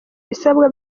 ibisabwa